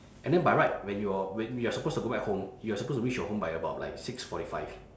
and then by right when you're when we are supposed to go back home you are supposed to reach your home by about like six forty five